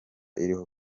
iriho